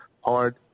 hard